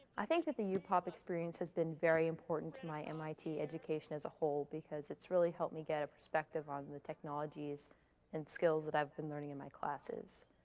i think that the yeah upop experience has been very important to my mit education as a whole, because it's really helped me get a perspective on the technologies and skills that i've been learning in my classes.